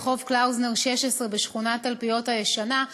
ברחוב קלאוזנר 16 בשכונת תלפיות הישנה,